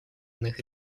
иных